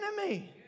enemy